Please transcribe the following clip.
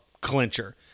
clincher